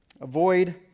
Avoid